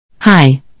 Hi